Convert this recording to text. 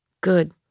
Good